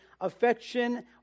affection